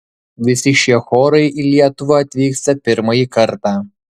visi šie chorai į lietuvą atvyksta pirmąjį kartą